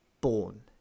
born